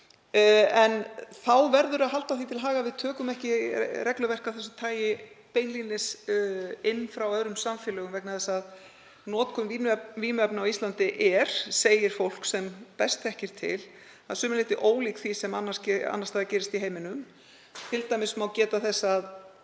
En þá verður að halda því til haga að við tökum ekki regluverk af þessu tagi beinlínis inn frá öðrum samfélögum vegna þess að notkun vímuefna á Íslandi er, segir fólk sem best þekkir til, að sumu leyti ólík því sem annars staðar gerist í heiminum. Til dæmis má geta þess að